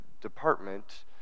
department